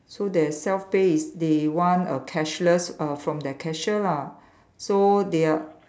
so their self pay is they want a cashless err from their cashier lah so they are